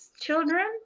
children